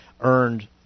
earned